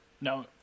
No